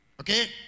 Okay